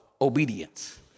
obedience